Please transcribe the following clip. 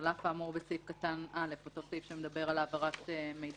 "על אף האמור בסעיף קטן (א)" אותו סעיף שמדבר על העברת מידע